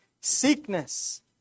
sickness